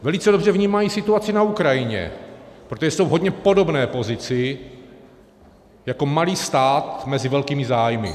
Velice dobře vnímají situaci na Ukrajině, protože jsou v hodně podobné pozici jako malý stát mezi velkými zájmy.